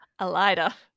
elida